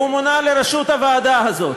והוא מונה לראשות הוועדה הזאת,